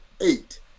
eight